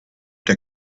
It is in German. der